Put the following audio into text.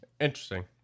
interesting